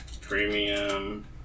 premium